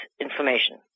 information